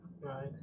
right